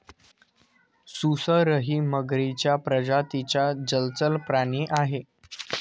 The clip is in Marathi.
सुसरही मगरीच्या प्रजातीचा जलचर प्राणी आहे